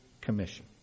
commission